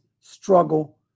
struggle